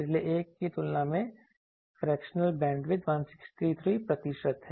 पिछले एक की तुलना में फ्रेक्शनल बैंडविड्थ 163 प्रतिशत है